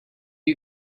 you